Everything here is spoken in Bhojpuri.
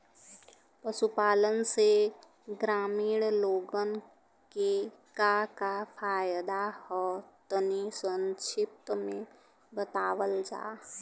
पशुपालन से ग्रामीण लोगन के का का फायदा ह तनि संक्षिप्त में बतावल जा?